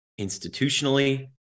institutionally